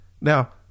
Now